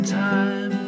time